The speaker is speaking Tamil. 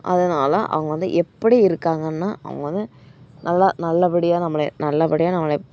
அதனால அவங்க வந்து எப்படி இருக்காங்கன்னா அவங்க வந்து நல்லா நல்லபடியாக நம்மளை நல்லபடியாக நம்மளை